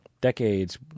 decades